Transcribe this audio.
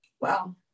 Wow